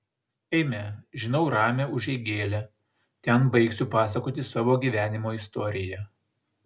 eime žinau ramią užeigėlę ten baigsiu pasakoti savo gyvenimo istoriją